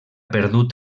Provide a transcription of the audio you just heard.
perdut